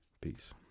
Peace